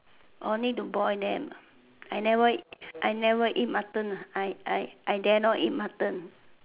orh need to boil them I never I never eat Mutton I I I dare not eat Mutton